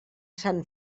sant